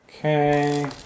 Okay